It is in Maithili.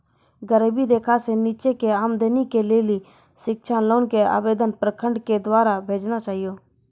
गरीबी रेखा से नीचे के आदमी के लेली शिक्षा लोन के आवेदन प्रखंड के द्वारा भेजना चाहियौ?